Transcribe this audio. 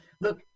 Look